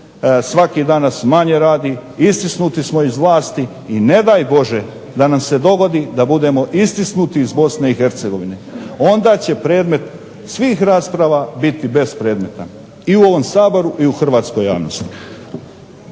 Svaki dan nas manje radi, istisnuti smo iz vlasti i ne daj Bože da nam se dogodi da budemo istisnuti iz Bosne i Hercegovine. Onda će predmet svih rasprava biti bespredmetan i u ovom Saboru i u hrvatskoj javnosti.